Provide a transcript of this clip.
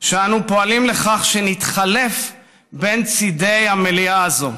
שאנו פועלים לכך שנתחלף בין צידי המליאה הזאת,